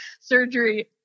surgery